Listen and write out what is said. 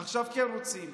עכשיו כן רוצים.